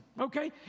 okay